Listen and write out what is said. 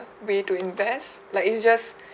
way to invest like it's just